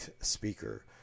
speaker